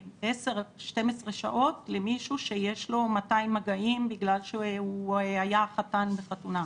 10 12 שעות למישהו שיש לו 200 מגעים בגלל שהוא היה חתן בחתונה.